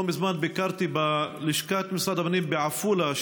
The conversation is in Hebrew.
לא מזמן ביקרתי בלשכת משרד הפנים בעפולה.